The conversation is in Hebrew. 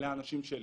אלה האנשים שלי.